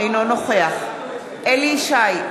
אינו נוכח אליהו ישי,